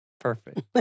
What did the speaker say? Perfect